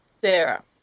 Sarah